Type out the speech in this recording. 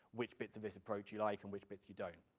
which bits of this approach you like and which bits you don't.